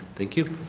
thank you.